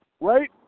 right